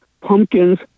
pumpkins